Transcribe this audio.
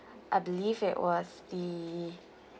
I believed it was the